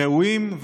ראויים,